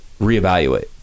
reevaluate